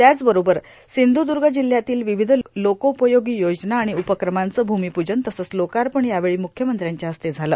त्याचबरोबर रासंधुदुग जिल्ह्यातील र्वावध लोकोपयोगी योजना र्आण उपक्रमांचं भूमीपूजन तसंच लोकापण यावेळी मुख्यमंत्रांच्या हस्ते झालं